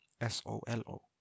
S-O-L-O